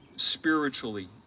spiritually